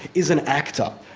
is an actor.